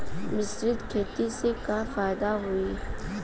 मिश्रित खेती से का फायदा होई?